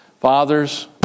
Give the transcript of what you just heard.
Fathers